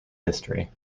history